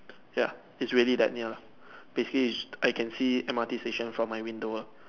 ya it's really that near basically it's I can see M_R_T station from my window ah